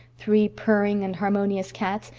three purring and harmonious cats,